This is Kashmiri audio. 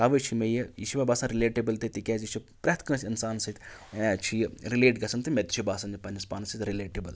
تَوَے چھُ مےٚ یہِ یہِ چھِ مےٚ باسان رِلیٹِبٕل تہِ تِکیازِ یہِ چھِ پرٛتھ کٲنٛسہِ اِنسان سٕتۍ چھِ یہِ رِلیٹ گژھان تہٕ مےٚ تہِ چھُ باسان پَنٛنِس پانَس سٕتۍ رِلیٹِبٕل